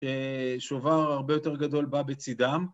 שובר הרבה יותר גדול בא בצדם